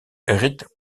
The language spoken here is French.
rit